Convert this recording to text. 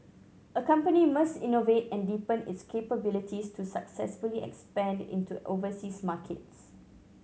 a company must innovate and deepen its capabilities to successfully expand into overseas markets